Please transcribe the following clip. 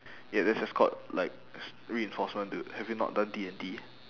ya that's just called like s~ reinforcement dude have you not done D&T